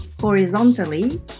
horizontally